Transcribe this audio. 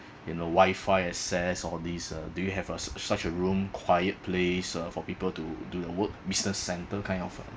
you know wifi access all these uh do you have a such such a room quiet place uh for people to do their work business center kind of uh